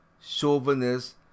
chauvinist